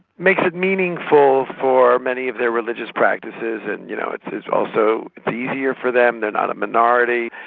makes it meaningful for many of their religious practices, and, you know, it's it's also easier for them. they're not a minority.